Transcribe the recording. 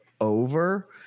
over